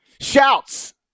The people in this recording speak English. Shouts